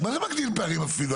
מה זה מגדיל פערים אפילו?